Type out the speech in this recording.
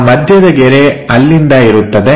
ಆ ಮಧ್ಯದ ಗೆರೆ ಅಲ್ಲಿಂದ ಇರುತ್ತದೆ